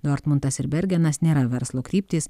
dortmundas ir bergenas nėra verslo kryptys